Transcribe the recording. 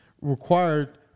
required